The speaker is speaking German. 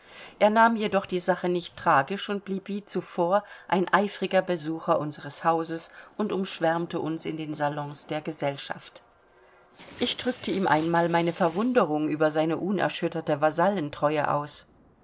er nahm jedoch die sache nicht tragisch und blieb wie zuvor ein eifriger besucher unseres hauses und umschwärmte uns in den salons der gesellschaft ich drückte ihm einmal meine verwunderung über seine unerschütterte vasallentreue aus